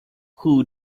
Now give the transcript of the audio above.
who